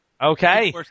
Okay